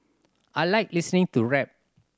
I like listening to rap